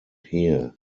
here